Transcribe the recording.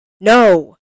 No